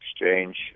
exchange